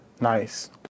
Nice